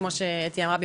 כמו שאתי אמרה,